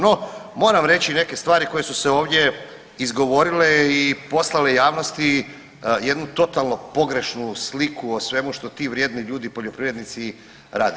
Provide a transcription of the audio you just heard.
No, moram reći neke stvari koje su se ovdje izgovorile i poslale javnosti jednu totalno pogrešnu sliku o svemu što ti vrijedni ljudi poljoprivrednici rade.